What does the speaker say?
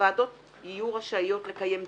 הוועדות יהיו רשאיות לקיים דיונים,